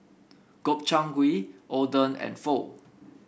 Gobchang Gui Oden and Pho